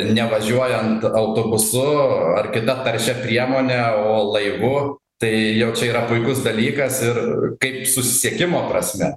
nevažiuojant autobusu ar kita taršia priemone o laivu tai jau čia yra puikus dalykas ir kaip susisiekimo prasme